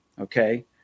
okay